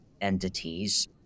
entities